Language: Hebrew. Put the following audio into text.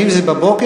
אם בבוקר,